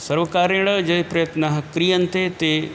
सर्वकारेण ये प्रयत्नाः क्रियन्ते ते